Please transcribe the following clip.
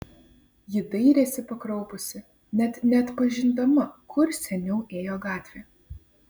ji dairėsi pakraupusi net neatpažindama kur seniau ėjo gatvė